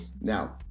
Now